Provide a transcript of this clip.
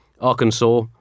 Arkansas